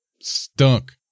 stunk